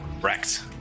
Wrecked